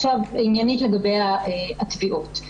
עכשיו עניינית לגבי התביעות.